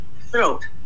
throat